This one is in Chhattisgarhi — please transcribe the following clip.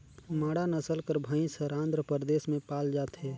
मांडा नसल कर भंइस हर आंध्र परदेस में पाल जाथे